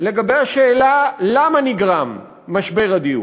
לגבי השאלה למה נגרם משבר הדיור.